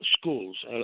schools